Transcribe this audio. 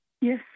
Yes